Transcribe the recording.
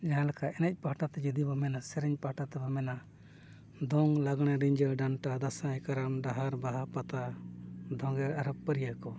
ᱡᱟᱦᱟᱸ ᱞᱮᱠᱟ ᱮᱱᱮᱡ ᱯᱟᱦᱴᱟ ᱛᱮ ᱡᱩᱫᱤ ᱵᱚᱱ ᱢᱮᱱᱟ ᱥᱮᱨᱮᱧ ᱯᱟᱦᱴᱟ ᱛᱮᱵᱚ ᱢᱮᱱᱟ ᱫᱚᱝ ᱞᱟᱜᱽᱬᱮ ᱨᱤᱡᱷᱟᱹ ᱰᱟᱱᱴᱟ ᱫᱟᱸᱥᱟᱭ ᱠᱟᱨᱟᱢ ᱰᱟᱦᱟᱨ ᱵᱟᱦᱟ ᱯᱟᱛᱟ ᱫᱚᱜᱮᱲ ᱟᱨᱦᱚᱸ ᱯᱟᱹᱨᱭᱟᱹ ᱠᱚ